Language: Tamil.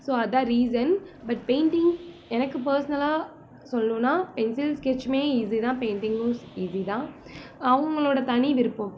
ஸோ அதுதான் ரீஸன் பட் பெயிண்டிங் எனக்கு பர்சனலாக சொல்லணுன்னா பென்சில் ஸ்கெட்ச்சுமே ஈஸி தான் பெயிண்டிங்கும் ஈஸி தான் அவுங்கவங்களோட தனி விருப்பம்